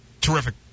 terrific